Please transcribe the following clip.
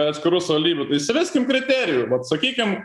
atskirų savivaldybių įsiveskim kriterijų vat sakykim